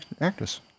actress